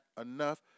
enough